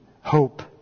hope